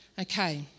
Okay